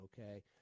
okay